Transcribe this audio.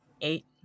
Eight